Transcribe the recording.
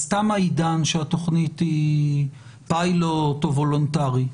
אז תם העידן שהתוכנית היא פיילוט או וולונטרית.